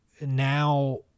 now